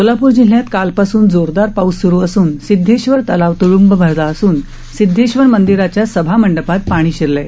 सोलापूर जिल्ह्यात कालपासून जोरदार पाऊस सुरू असून सिद्धेश्वर तलाव तुडूंब भरला असून सिद्धेश्वरमंदीराच्या सभा मंडपात पाणी शिरल आहे